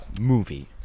movie